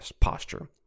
posture